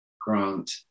Grant